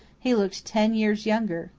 he looked ten years younger.